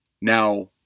Now